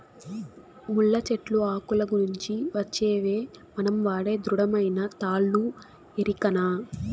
ముళ్ళ చెట్లు ఆకుల నుంచి వచ్చేవే మనం వాడే దృఢమైన తాళ్ళు ఎరికనా